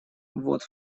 вот